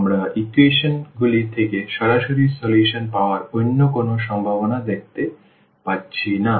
আমরা ইকুয়েশন গুলি থেকে সরাসরি সমাধান পাওয়ার অন্য কোনও সম্ভাবনা দেখতে পাচ্ছি না